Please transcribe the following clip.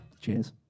Cheers